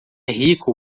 rico